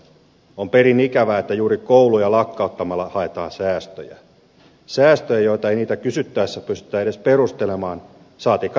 on perin ikävää että juuri kouluja lakkauttamalla haetaan säästöjä säästöjä joita ei niitä kysyttäessä pystytä edes perustelemaan saatikka näyttämään toteen